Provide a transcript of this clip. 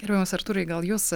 gerbiamas artūrai gal jūs